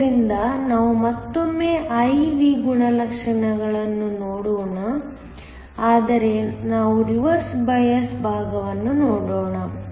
ಆದ್ದರಿಂದ ನಾವು ಮತ್ತೊಮ್ಮೆ I V ಗುಣಲಕ್ಷಣಗಳನ್ನು ನೋಡೋಣ ಆದರೆ ನಾವು ರಿವರ್ಸ್ ಬಯಾಸ್ ಭಾಗವನ್ನು ನೋಡೋಣ